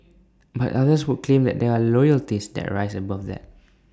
but others would claim that there are loyalties that rise above that